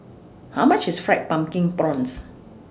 How much IS Fried Pumpkin Prawns